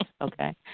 okay